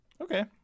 Okay